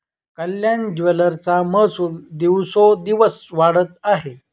कल्याण ज्वेलर्सचा महसूल दिवसोंदिवस वाढत आहे